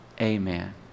amen